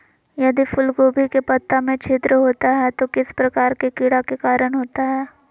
यदि फूलगोभी के पत्ता में छिद्र होता है तो किस प्रकार के कीड़ा के कारण होता है?